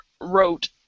wrote